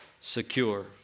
secure